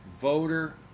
voter